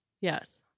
Yes